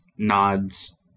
Nods